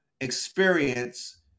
experience